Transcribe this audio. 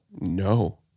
No